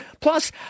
Plus